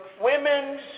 women's